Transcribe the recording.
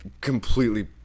completely